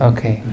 Okay